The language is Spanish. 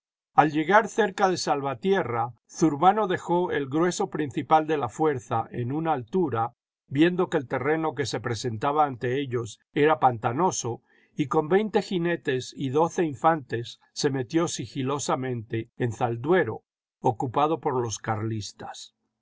al llegar cerca de salvatierra zurbano dejó el grueso principal de la fuerza en una altura viendo que el terreno que se presentaba ante ellos era pantanoso y con veinte jinetes y doce infantes se metió sigilosamente en zalduendo ocupado por los carlistas